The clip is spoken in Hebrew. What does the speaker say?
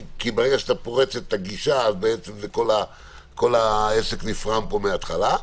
כי ברגע שאתה פורץ את הגישה בעצם כל העסק נפרם פה מהתחלה,